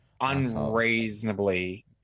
unreasonably